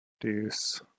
Deuce